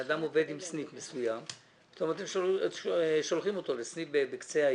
בן אדם עובד עם סניף מסוים ופתאום אתם שולחים אותו לסניף בקצה העיר.